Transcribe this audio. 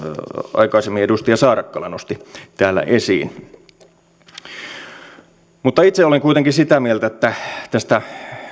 aikaisemmin edustaja saarakkala nosti täällä esiin itse olen kuitenkin sitä mieltä että tästä